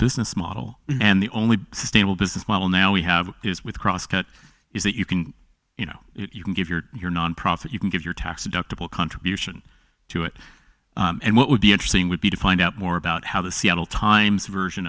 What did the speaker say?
business model and the only sustainable business model now we have is with crosscut is that you can you know you can give your your nonprofit you can give your tax deductible contribution to it and what would be interesting would be to find out more about how the seattle times version